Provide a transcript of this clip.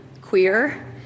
queer